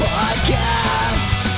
Podcast